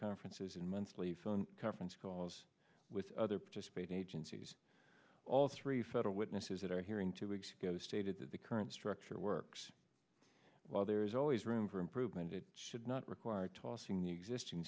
conference in monthly phone conference call with other participating agencies all three federal witnesses that are here in two weeks ago stated that the current structure works well there is always room for improvement it should not require tossing the existing